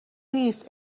نیست